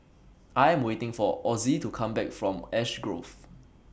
I Am waiting For Ozzie to Come Back from Ash Grove